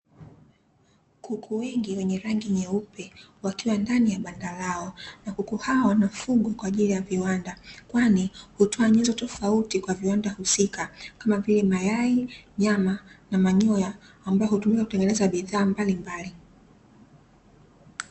Kuku wengi wenye rangi nyeupe wakiwa ndani ya banda lao, na kuku hao wanafugwa kwa ajili ya viwanda, kwani hutoa nyenzo tofauti kwa viwanda husika kama vile; mayai, nyama, na manyoya ambayo hutumiwa kutengeneza bidhaa mbalimbali.